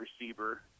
receiver